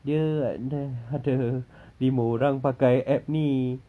dia ada lima orang pakai app ni